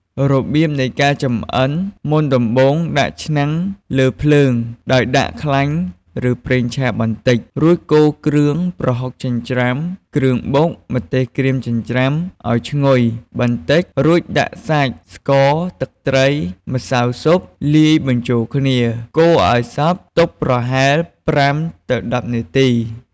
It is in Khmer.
របៀបនៃការចម្អិន មុនដំបូងដាក់ឆ្នាំងលើភ្លើងដោយដាក់ខ្លាញ់ឬប្រេងឆាបន្តិច រួចកូរគ្រឿង ប្រហុកចិញ្ច្រាំ គ្រឿងបុក ម្ទេសក្រៀមចិញ្ច្រាំឱ្យឈ្ងុយ បន្តិចរួចដាក់សាច់ ស្ករ ទឹកត្រី ម្សៅស៊ុប លាយបញ្ចូលគ្នា កូរឱ្យសព្វទុកប្រហែល ៥-១០នាទី។